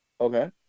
Okay